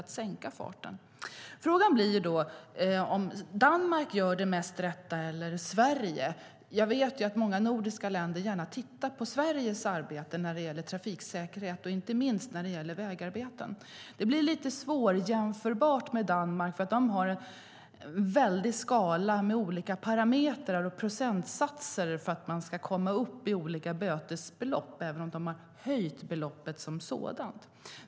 Frågan är om Danmark eller Sverige gör det mest rätta. Jag vet att flera nordiska länder gärna tittar på Sveriges arbete när det gäller trafiksäkerhet och inte minst när det gäller vägarbeten. Det är lite svårt att jämföra med Danmark därför att de har en stor skala med olika parametrar och procentsatser för att man ska komma upp i olika bötesbelopp, även om de har höjt beloppet som sådant.